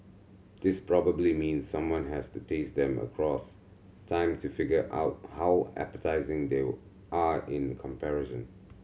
this probably means someone has to taste them across time to figure out how appetising they are in comparison